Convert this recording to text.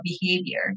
behavior